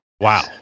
Wow